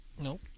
No